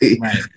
Right